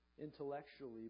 intellectually